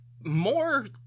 more